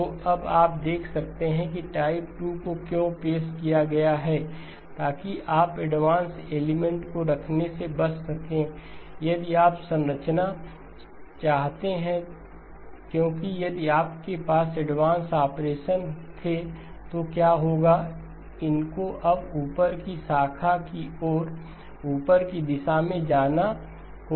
तो अब आप देख सकते हैं कि टाइप 2 को क्यों पेश किया गया है ताकि आप एडवांस एलिमेंट को रखने से बच सकें यदि आप संरचना चाहते हैं क्योंकि यदि आपके पास एडवांस ऑपरेशन थे तो क्या होगा इनको अब ऊपर की शाखा और ऊपर की दिशा में जाना होगा